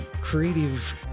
creative